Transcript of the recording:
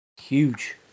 Huge